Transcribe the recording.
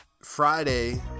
Friday